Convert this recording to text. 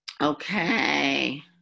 okay